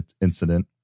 incident